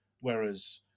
Whereas